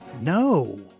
No